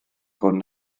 hwn